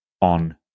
on